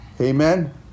Amen